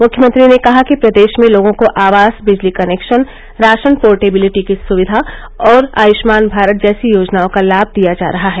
मुख्यमंत्री ने कहा कि प्रदेश में लोगों को आवास बिजली कनेक्शन राशन पोर्टेबिलिटी की सुविधा और आयुष्मान भारत जैसी योजनाओं का लाभ दिया जा रहा है